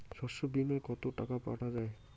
শস্য বিমায় কত টাকা পাওয়া যায়?